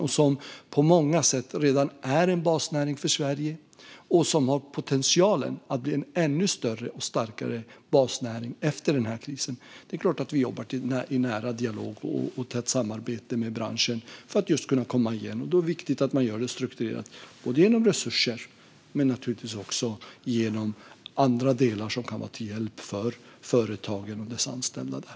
Den är på många sätt redan en basnäring för Sverige och har potentialen att bli en ännu större och starkare basnäring efter krisen. Det är klart att vi jobbar i nära dialog och i tätt samarbete med branschen för att just kunna komma igen. Då är det viktigt att man gör det strukturerat. Det handlar om resurser men naturligtvis också om andra delar som kan vara till hjälp för företagen och de anställda där.